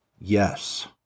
Yes